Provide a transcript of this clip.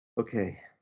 Okay